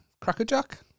crackerjack